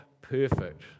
perfect